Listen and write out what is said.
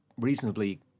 reasonably